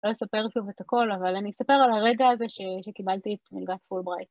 לא אספר שוב את הכל אבל אני אספר על הרגע הזה שקיבלתי את מלגת Fullbright.